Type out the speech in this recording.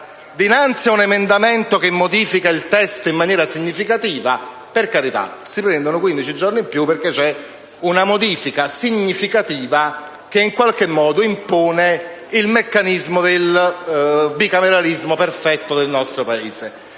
dinanzi a un emendamento che modifica il testo in maniera significativa, per carità, si prendono 15 giorni in più, perché una modifica significativa in qualche modo impone il meccanismo del bicameralismo perfetto nel nostro Paese.